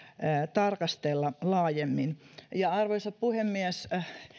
tarkastella laajemmin ja arvoisa puhemies